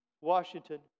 Washington